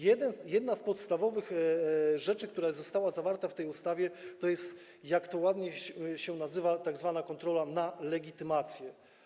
Jedna z podstawowych rzeczy, która została zawarta w tej ustawie, to - jak to ładnie się nazywa - tzw. kontrola na legitymację.